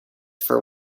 for